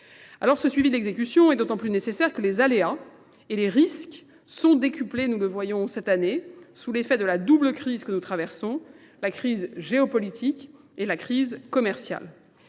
Alors ce suivi d'exécution est d'autant plus nécessaire que les aléas et les risques sont décuplés, nous le voyons cette année, sous l'effet de la double crise que nous traversons, la crise géopolitique et la crise commerciale.